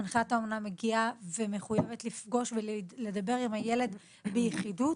מנחת האומנה מגיעה ומחויבת לפגוש ולדבר עם הילד ביחידות